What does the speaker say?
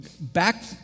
back